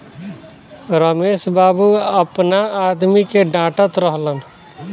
रमेश बाबू आपना आदमी के डाटऽत रहलन